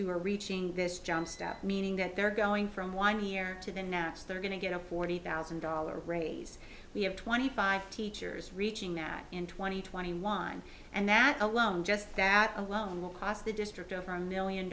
who are reaching this johnstone meaning that they're going from one year to announce they're going to get a forty thousand dollars raise we have twenty five teachers reaching them in twenty twenty lines and that alone just that alone will cost the district over a million